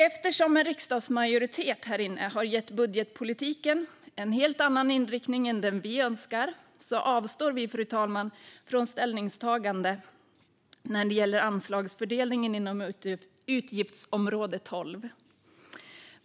Eftersom en riksdagsmajoritet här inne har gett budgetpolitiken en helt annan inriktning än den vi önskar avstår vi, fru talman, från ställningstagande när det gäller anslagsfördelningen inom utgiftsområde 12.